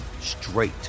straight